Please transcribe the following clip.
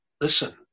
Listen